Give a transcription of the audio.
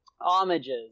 homages